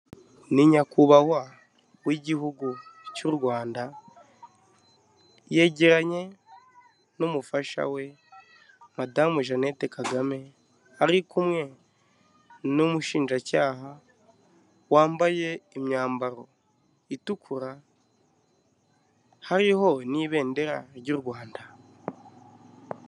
Ni nyakubahwa w'igihugu cy'u Rwanda, yegeranye n'umufasha we madamu Jeannette Kagame, ari kumwe n'umushinjacyaha wambaye imyambaro itukura hariho n'ibendera ry'u Rwanda.